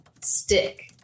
stick